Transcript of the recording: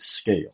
scale